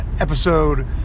episode